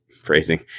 phrasing